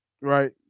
right